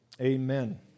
amen